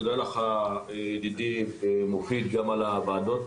תודה לך ידידי מופיד על הוועדות